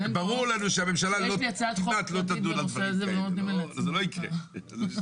יש לי הצעת חוק פרטית בנושא הזה ולא נותנים לי להציע אותה.